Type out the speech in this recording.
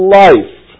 life